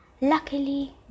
Luckily